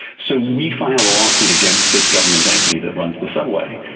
so we filed a lawsuit against this government entity that runs the subway,